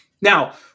Now